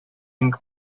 ink